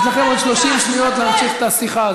יש לכם עוד 30 שניות להמשיך את השיחה.